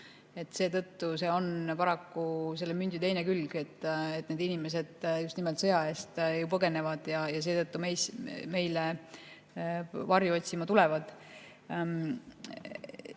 ei käiks. See on paraku selle mündi teine külg, et need inimesed just nimelt sõja eest põgenevad ja seetõttu meile varju otsima tulevad.